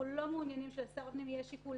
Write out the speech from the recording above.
אנחנו לא מעוניינים שלשר הפנים יהיה שיקול